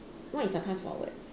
what if I pass forward